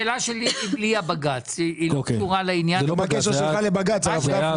זה לא הקשר שלך לבג"ץ, הרב גפני.